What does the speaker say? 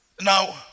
Now